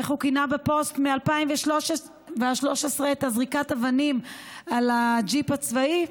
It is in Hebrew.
איך הוא כינה בפוסט מ-2013 את זריקת האבנים על הג'יפ הצבאי?